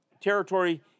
territory